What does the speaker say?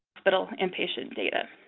hospital inpatient data.